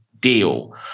deal